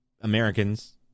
Americans